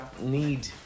need